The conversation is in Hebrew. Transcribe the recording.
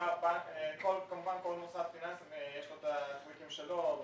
כל מוסד פיננסי יש לו את המערכות שלו.